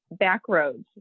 Backroads